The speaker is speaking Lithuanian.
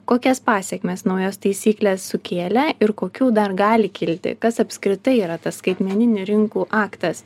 kokias pasekmes naujos taisyklės sukėlė ir kokių dar gali kilti kas apskritai yra tas skaitmeninių rinkų aktas